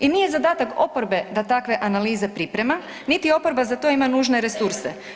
I nije zadatak oporabe da takve analize priprema niti oporba za to ima nužne resurse.